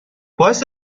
باعث